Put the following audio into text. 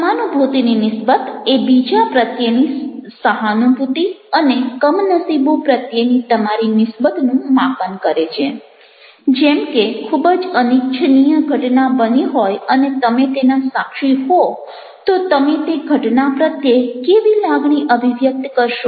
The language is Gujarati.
સમાનુભૂતિની નિસ્બત એ બીજા પ્રત્યેની સહાનુભૂતિ અને કમનસીબો પ્રત્યેની તમારી નિસ્બતનું માપન કરે છે જેમ કે ખૂબ જ અનિચ્છનીય ઘટના બની હોય અને તમે તેના સાક્ષી હો તો તમે તે ઘટના પ્રત્યે કેવી લાગણી અભિવ્યક્ત કરશો